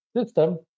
system